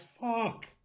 fuck